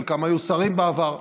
חלקם היו שרים בעבר.